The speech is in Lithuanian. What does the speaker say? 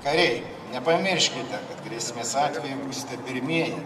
kariai nepamirškite kad grėsmės atveju būsite pirmieji